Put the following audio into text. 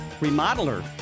remodeler